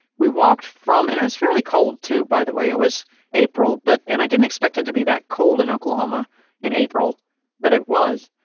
we walked from and it was fairly cold too, by the way, it was april but and i didn't expect it to be that cold in oklahoma in april but it was,